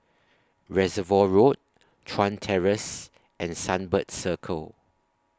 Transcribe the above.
Reservoir Road Chuan Terrace and Sunbird Circle